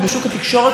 קודם כול,